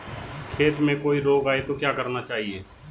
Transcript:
खेत में कोई रोग आये तो क्या करना चाहिए?